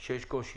שיש קושי,